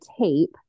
tape